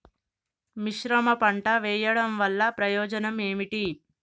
మిశ్రమ పంట వెయ్యడం వల్ల ప్రయోజనం ఏమిటి?